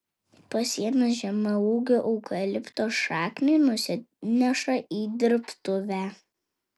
pasiėmęs žemaūgio eukalipto šaknį nusineša į dirbtuvę